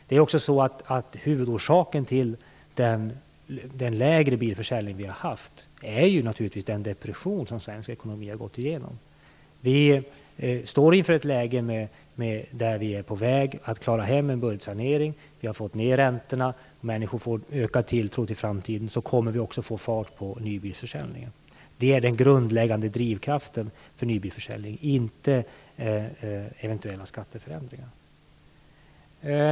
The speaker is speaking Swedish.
Det är också så att huvudorsaken till den låga bilförsäljningen naturligtvis är den depression som svensk ekonomi har gått igenom. Vi står inför ett läge där vi är på väg att klara hem en budgetsanering. Vi har fått ned räntorna, och människor får en ökad tilltro till framtiden. Det är den grundläggande drivkraften för nybilsförsäljning, inte eventuella skatteförändringar.